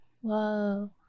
Whoa